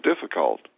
difficult